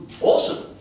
awesome